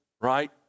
right